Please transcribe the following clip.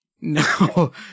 No